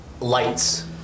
lights